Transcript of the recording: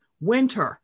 winter